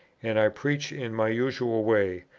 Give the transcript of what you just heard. and i preached in my usual way,